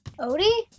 Odie